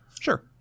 Sure